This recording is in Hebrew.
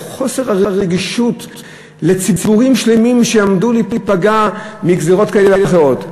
של חוסר רגישות לציבורים שלמים שעומדים להיפגע מגזירות כאלה ואחרות.